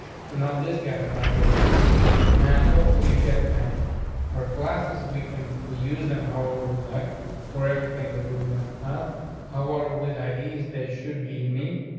so no, this guy has the larkin and hopefully you get an idea where classes we can reuse them. however, we would like for everything that we we would want to style our with ideas. they should be unique,